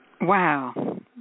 Wow